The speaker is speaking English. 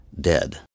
dead